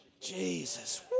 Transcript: Jesus